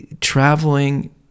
traveling